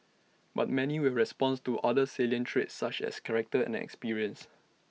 but many will respond to other salient traits such as character and experience